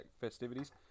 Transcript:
festivities